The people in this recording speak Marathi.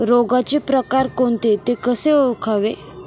रोगाचे प्रकार कोणते? ते कसे ओळखावे?